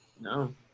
no